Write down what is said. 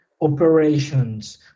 operations